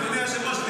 אדוני היושב-ראש.